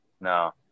no